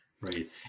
right